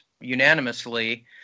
unanimously